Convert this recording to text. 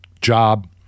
job